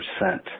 percent